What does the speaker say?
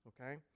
Okay